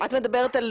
את מדברת על